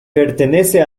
pertenece